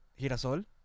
Girasol